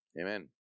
Amen